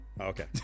Okay